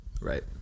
Right